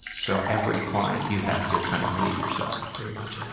so every client you have to kind of leave yourself. pretty much,